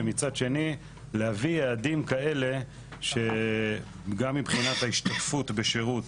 ומצד שני להביא יעדים כאלה שגם מבחינת ההשתתפות בשירות,